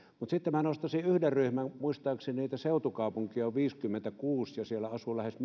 mutta sitten minä nostaisin yhden ryhmän muistaakseni niitä seutukaupunkeja on viisikymmentäkuusi ja siellä asuu lähes